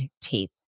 teeth